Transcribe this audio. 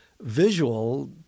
visual